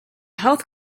health